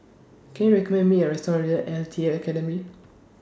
Can YOU recommend Me A Restaurant near L T A Academy